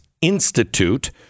Institute